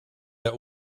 that